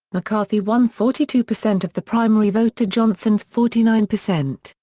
mccarthy won forty two percent of the primary vote to johnson's forty nine percent,